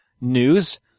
news